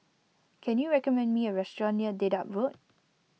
can you recommend me a restaurant near Dedap Road